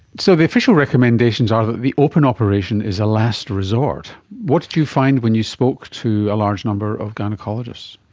so the official recommendations are that the open operation is a last resort. what did you find when you spoke to a large number of gynaecologists?